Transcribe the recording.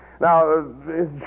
Now